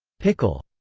pickle